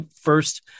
first